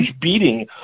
beating